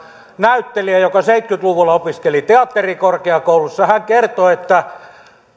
näyttelijän joka seitsemänkymmentä luvulla opiskeli teatterikorkeakoulussa hän kertoi että